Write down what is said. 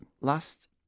last